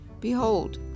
Behold